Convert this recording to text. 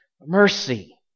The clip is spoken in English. mercy